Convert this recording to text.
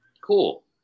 Cool